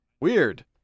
Weird